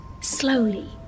slowly